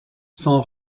son